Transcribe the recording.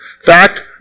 fact